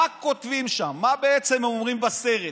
מה כותבים שם, מה בעצם אומרים בסרט?